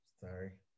Sorry